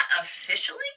officially